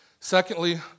Secondly